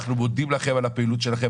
אנחנו מודים לכם על הפעילות שלכם,